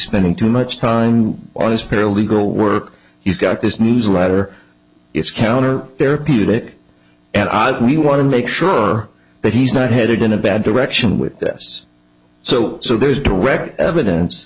spending too much time on his paralegal work he's got this newsletter it's counter therapeutic and odd we want to make sure that he's not headed in a bad direction with this so so there's direct evidence